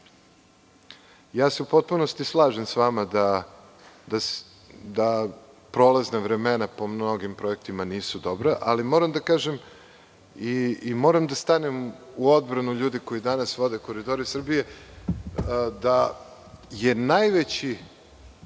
potpunosti se slažem s vama da prolazna vremena po mnogim projektima nisu dobra, ali moram da stanem u odbranu ljudi koji danas vode „Koridore Srbije“, da je najveći